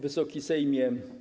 Wysoki Sejmie!